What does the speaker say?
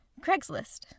Craigslist